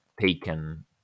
taken